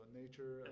nature